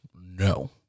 No